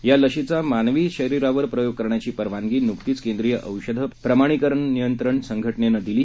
या लशीचा मानवी शरीरावर प्रयोग करण्याची परवानगी नुकतीच केंद्रीय औषधे प्रमाणीकरण नियंत्रण संघटनेनं दिली